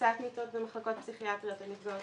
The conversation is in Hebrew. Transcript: הקצאת מיטות במחלקות פסיכיאטריות לנפגעות.